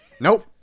Nope